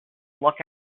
look